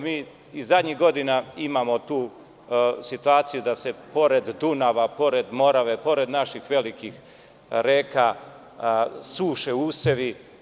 Mi i zadnjih godina imamo tu situaciju da se pored Dunava, pored Morave, pored naših velikih reka suše usevi.